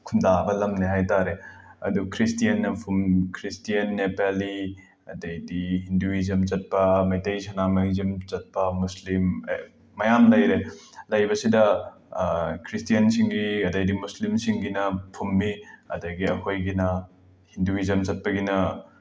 ꯈꯨꯟ ꯗꯥꯕ ꯂꯝꯅꯦ ꯍꯥꯏ ꯇꯥꯔꯦ ꯑꯗꯨ ꯈ꯭ꯔꯤꯁꯇ꯭ꯌꯥꯟꯅ ꯈ꯭ꯔꯤꯁꯇ꯭ꯌꯥꯟ ꯅꯦꯄꯥꯂꯤ ꯑꯗꯒꯤꯗꯤ ꯍꯤꯟꯗꯨꯏꯖꯝ ꯆꯠꯄ ꯃꯩꯇꯩ ꯁꯅꯥꯃꯍꯤꯖꯝ ꯆꯠꯄ ꯃꯨꯁꯂꯤꯝ ꯃꯌꯥꯝ ꯂꯩꯔꯦ ꯂꯩꯕꯁꯤꯗ ꯈ꯭ꯔꯤꯁꯇ꯭ꯌꯥꯟꯁꯤꯡꯒꯤ ꯑꯗꯒꯤꯗꯤ ꯃꯨꯁꯂꯤꯝꯁꯤꯡꯒꯤꯅ ꯐꯨꯝꯃꯤ ꯑꯗꯒꯤ ꯑꯩꯈꯣꯏꯒꯤꯅ ꯍꯤꯟꯗꯨꯏꯖꯝ ꯆꯠꯄꯒꯤꯅ